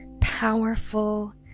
powerful